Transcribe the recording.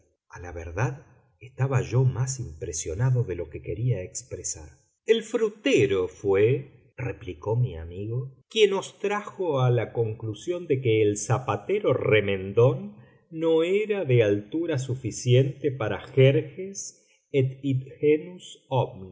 a la verdad estaba yo más impresionado de lo que quería expresar el frutero fué replicó mi amigo quien os trajo a la conclusión de que el zapatero remendón no era de altura suficiente para jerjes et id